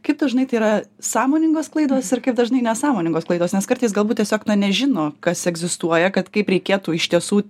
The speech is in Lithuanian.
kaip dažnai tai yra sąmoningos klaidos ir kaip dažnai nesąmoningos klaidos nes kartais galbūt tiesiog na nežino kas egzistuoja kad kaip reikėtų iš tiesų